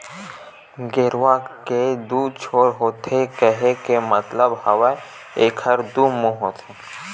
गेरवा के दू छोर होथे केहे के मतलब हवय एखर दू मुहूँ होथे